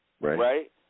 Right